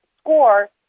score